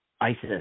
ISIS